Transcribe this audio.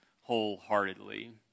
wholeheartedly